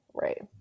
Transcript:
right